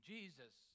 Jesus